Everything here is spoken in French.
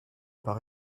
par